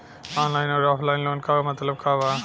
Online अउर offline loan क मतलब का बा?